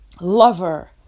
lover